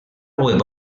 web